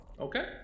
Okay